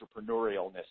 entrepreneurialness